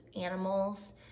animals